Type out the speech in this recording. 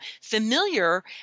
familiar